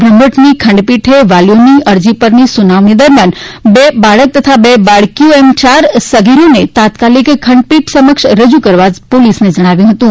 બ્રહ્મભદૃની ખંડપીઠે વાલીઓની અરજી પરની સુનાવણી દરમિયાન બે બાળક તથા બે બાળકીઓ એમ યારેય સગીરને તાત્કાલિક ખંડપીઠ સમક્ષ રજૂ કરવા જણાવ્યું હતું